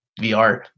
VR